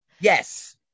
Yes